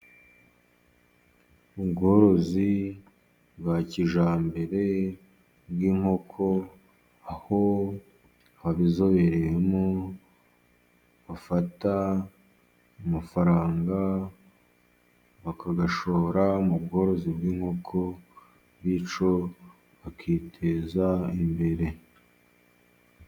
Ubworozi bwa kijyambere bw'inkoko, aho ababizobereyemo bafata amafaranga bakayashora mu bworozi bw'inkoko. Bityo bakiteza imbere.